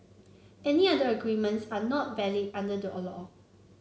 any other agreements are not valid under the